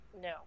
No